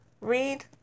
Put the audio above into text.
Read